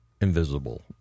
invisible